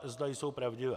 Zda jsou pravdivé.